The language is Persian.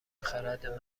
خرد